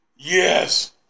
Yes